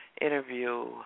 Interview